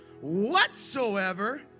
Whatsoever